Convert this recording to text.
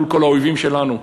מול כל האויבים שלנו,